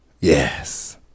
Yes